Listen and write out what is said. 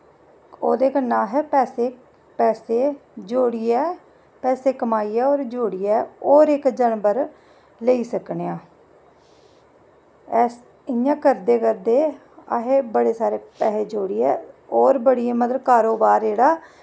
ओह्दे कन्नै अस पैसे पैसे जोड़ियै पैसे कमाइयै होर जोड़ियै होर इक जानवर लेई सकने आं इ'यां करदे करदे असें बड़े सारे पैसे जोड़ियै होर बड़ियां मतलब कारोबार जेह्ड़ा